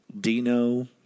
Dino